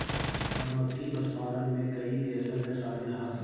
मधुमक्खी पशुपालन में कई देशन में शामिल ह